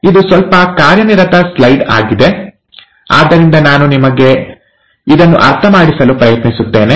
ಇದು ಸ್ವಲ್ಪ ಕಾರ್ಯನಿರತ ಸ್ಲೈಡ್ ಆಗಿದೆ ಆದ್ದರಿಂದ ನಾನು ನಿಮಗೆ ಇದನ್ನು ಅರ್ಥ ಮಾಡಿಸಲು ಪ್ರಯತ್ನಿಸುತ್ತೇನೆ